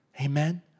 Amen